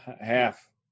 half